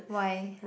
why